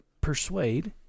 persuade